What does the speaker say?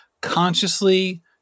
consciously